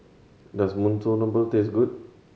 does Monsunabe taste good